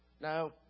Now